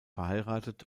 verheiratet